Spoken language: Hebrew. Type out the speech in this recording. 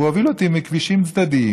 והוא הוביל אותי בכבישים צדדיים.